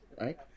right